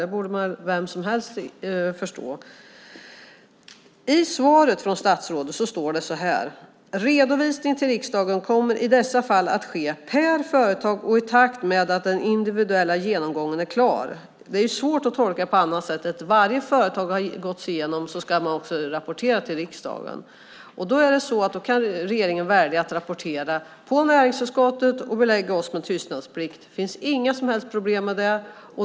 Det borde väl vem som helst förstå. I svaret från statsrådet står det så här: "Redovisningen till riksdagen kommer i dessa fall att ske per företag och i takt med att den individuella genomgången är klar." Det är svårt att tolka det på annat sätt än att när varje företag har gåtts igenom ska man rapportera till riksdagen. Då kan regeringen välja att rapportera till näringsutskottet och belägga oss med tystnadsplikt. Det finns inga som helst problem med det.